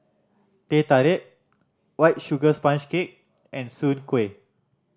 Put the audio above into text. Teh Tarik White Sugar Sponge Cake and soon kway